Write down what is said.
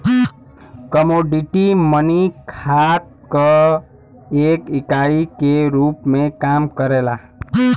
commodity money खात क एक इकाई के रूप में काम करला